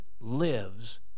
lives